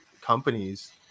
companies